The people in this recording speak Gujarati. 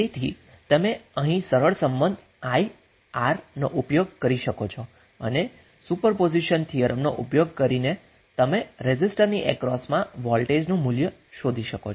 તેથી તમે અહીં સરળ સંબંધ Ir નો ઉપયોગ કરી શકો છો અને સુપરપોઝિશન થિયરમનો ઉપયોગ કરીને તમે રેઝિસ્ટરની અક્રોસમા વોલ્ટેજ નું મૂલ્ય શોધી શકો છો